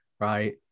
right